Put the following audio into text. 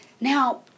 Now